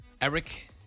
eric